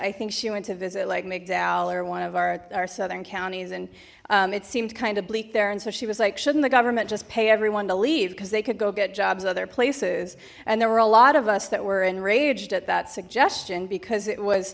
i think she went to visit like mcdowell or one of our southern counties and it seemed kind of bleak there and so she was like shouldn't the government just pay everyone to leave because they could go get jobs other places and there were a lot of us that were enraged at that suggestion because it was